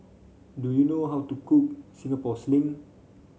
do you know how to cook Singapore Sling